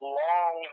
long